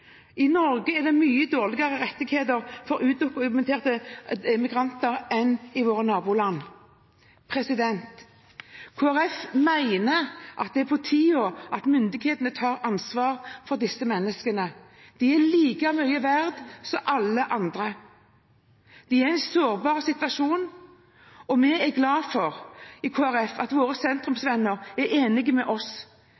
I Norge er det mye dårligere rettigheter for udokumenterte immigranter enn i våre naboland. Kristelig Folkeparti mener det er på tide at myndighetene tar ansvar for disse menneskene. De er like mye verdt som alle andre. De er i en sårbar situasjon, og vi i Kristelig Folkeparti er glad for at våre